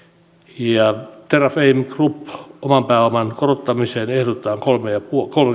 ja mietintö terrafame groupin oman pääoman korottamiseen ehdotetaan